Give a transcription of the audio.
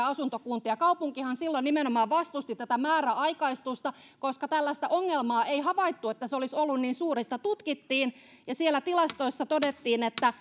asuntokuntia kaupunkihan silloin nimenomaan vastusti tätä määräaikaistusta koska ei havaittu että tällainen ongelma olisi ollut niin suuri sitä tutkittiin ja siellä tilastoissa todettiin että